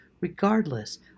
regardless